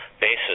basis